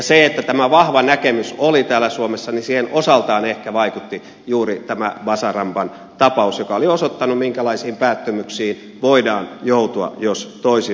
siihen että tämä vahva näkemys oli täällä suomessa osaltaan ehkä vaikutti juuri tämä bazaramban tapaus joka oli osoittanut minkälaisiin päättömyyksiin voidaan joutua jos toisin menetellään